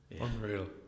Unreal